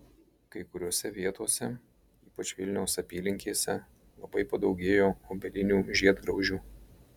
kai kuriose vietose ypač vilniaus apylinkėse labai padaugėjo obelinių žiedgraužių